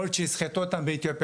יכול להיות שיסחטו אותם באתיופיה,